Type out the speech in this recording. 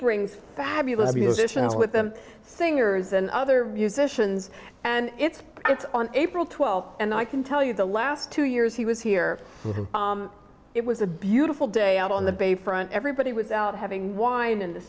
brings fabulous musicians with them singers and other musicians and it's it's on april twelfth and i can tell you the last two years he was here it was a beautiful day out on the bay front everybody was out having wine in the